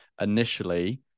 initially